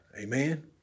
amen